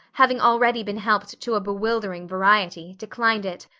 having already been helped to a bewildering variety, declined it.